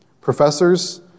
professors